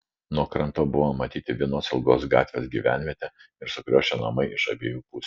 nuo kranto buvo matyti vienos ilgos gatvės gyvenvietė ir sukriošę namai iš abiejų pusių